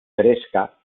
fresca